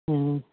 हुँ